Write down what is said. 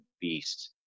beast